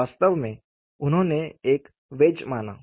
वास्तव में उन्होंने एक वेज माना